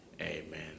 amen